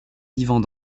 vivants